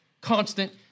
Constant